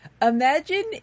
Imagine